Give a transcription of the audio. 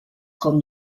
com